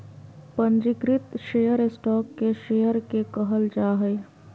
पंजीकृत share stock के share के कहल जा हइ